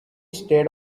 stayed